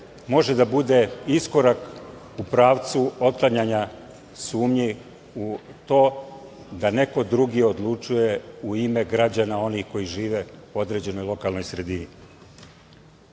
može da bude iskorak u pravcu otklanjanja sumnji u to da neko drugi odlučuje u ime građana onih koji žive u određenoj lokalnoj sredini. Predlog